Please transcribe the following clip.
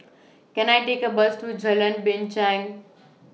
Can I Take A Bus to Jalan Binchang